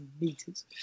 meters